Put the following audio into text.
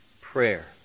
prayer